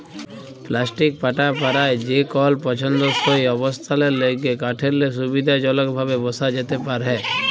plastic পাটা পারায় যেকল পসন্দসই অবস্থালের ল্যাইগে কাঠেরলে সুবিধাজলকভাবে বসা যাতে পারহে